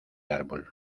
árbol